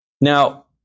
Now